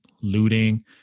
looting